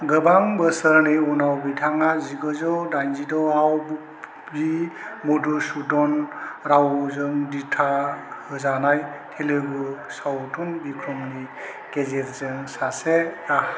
गोबां बोसोरनि उनाव बिथाङा जिगुजौ दाइनजि द'आव वि मधुसूदन रावजों दिथा होजानाय तेलुगु सावथुन विक्रमनि गेजेरजों सासे